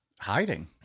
Hiding